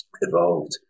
evolved